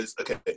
Okay